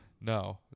No